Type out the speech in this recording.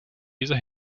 dieser